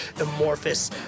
amorphous